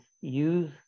use